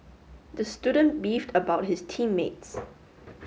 the student beefed about his team mates